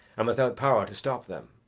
and without power to stop them.